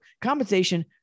Compensation